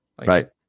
Right